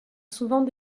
souvent